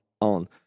on